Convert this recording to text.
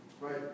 Right